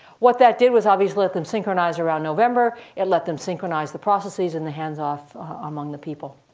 what that did was obviously let them synchronize around november. it let them synchronize the processes and the hands off among the people.